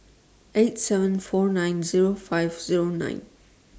eight seven four nine Zero five Zero nine